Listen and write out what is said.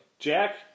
Jack